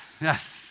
Yes